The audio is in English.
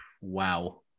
wow